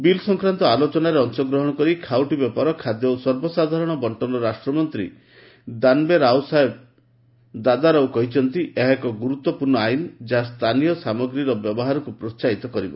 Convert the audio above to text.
bill ସଂକ୍ରାନ୍ତ ଆଲୋଚନାରେ ଅଂଶଗ୍ରହଣ କରି ଖାଉଟି ବ୍ୟାପାର ଖାଦ୍ୟ ଓ ସର୍ବସାଧାରଣ ବଣ୍ଟନ ରାଷ୍ଟ୍ରମନ୍ତ୍ରୀ ଦାନ୍ବେ ରାଓସାହେବ ଦାଦାରାଓ କହିଛନ୍ତି ଏହା ଏକ ଗୁରୁତ୍ୱପୂର୍ଣ୍ଣ ଆଇନ ଯାହା ସ୍ଥାନୀୟ ସାମଗ୍ରୀର ବ୍ୟବହାରକୁ ପ୍ରୋସାହିତ କରିବ